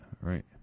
right